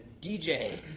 DJ